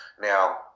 Now